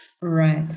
Right